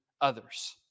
others